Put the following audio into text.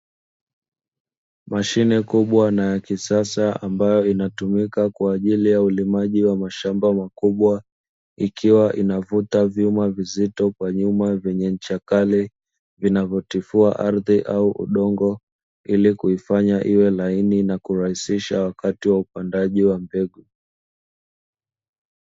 Mashine kubwa na ya kisasa ambayo inatumika kwa ajili ya ulimaji wa mashamba makubwa, ikiwa inavuta vyuma vizito kwa nyuma vyenye ncha kali vinavotifua ardhi au udongo ili kuifanya iwe laini na kurahisisha wakati wa upandaji wa mbegu.